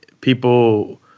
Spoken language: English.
people